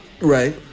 Right